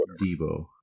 Debo